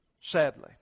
sadly